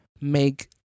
make